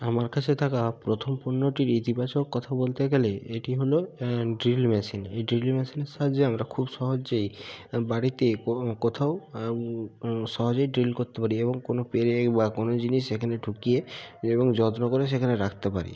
আমার কাছে থাকা প্রথম পণ্যটির ইতিবাচক কথা বলতে গেলে এটি হলো অ্যাঁ ড্রিল মেশিন এই ড্রিল মেশিনের সাহায্যে আমরা খুব সহজেই বাড়িতে কোথাও সহজেই ড্রিল করতে পারি এবং কোনো পেরেক বা কোনো জিনিস এখানে ঢুকিয়ে এবং যত্ন করে সেখানে রাখতে পারি